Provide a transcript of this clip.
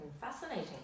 Fascinating